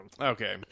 Okay